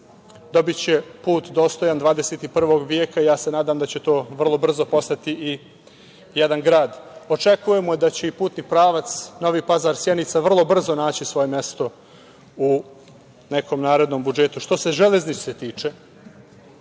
Dobiće put dostojan 21. veka i nadam se da će to vrlo brzo postati i jedan grad. Očekujemo da će i putni pravac Novi Pazar – Sjenica vrlo brzo naći svoje mesto u nekom narednom budžetu. Što se železnice tiče,